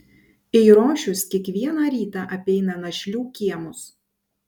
eirošius kiekvieną rytą apeina našlių kiemus